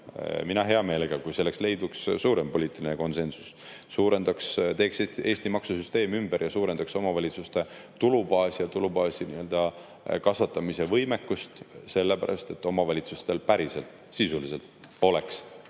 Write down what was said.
Mina hea meelega, kui selleks leiduks suurem poliitiline konsensus, teeks Eesti maksusüsteemi ümber ja suurendaks omavalitsuste tulubaasi ja tulubaasi kasvatamise võimekust, selleks et omavalitsustel oleks päriselt sisuliselt